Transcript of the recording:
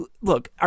look